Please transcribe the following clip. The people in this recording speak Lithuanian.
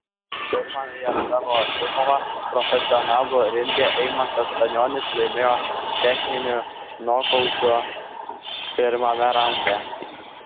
pirmąją savo dvikovą profesionalų ringe eimantas stanionis laimėjo techniniu nokautu pirmame raunde